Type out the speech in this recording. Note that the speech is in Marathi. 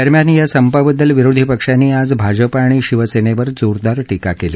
दरम्यान या संपाबद्दल विरोधी पक्षांनी आज भाजपा आणि शिवसेनेवर जोरदार टीका केली